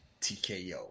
TKO